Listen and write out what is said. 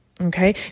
okay